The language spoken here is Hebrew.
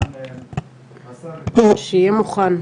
לסגן השר סגלוביץ',